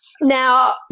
Now